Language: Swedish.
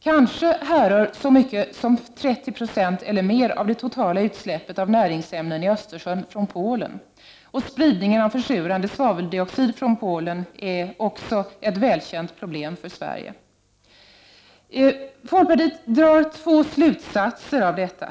Kanske härrör så mycket som 30 46 eller mer av det totala utsläppet av näringsämnen i Östersjön från Polen. Spridningen av försurande svaveldioxid från Polen är också ett välkänt problem för Sverige. Folkpartiet drar två slutsatser av detta.